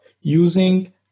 using